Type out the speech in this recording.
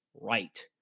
right